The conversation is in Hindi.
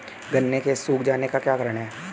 गन्ने के सूख जाने का क्या कारण है?